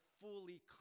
fully